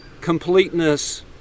completeness